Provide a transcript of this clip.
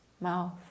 mouth